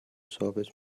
ثابت